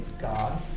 God